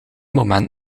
moment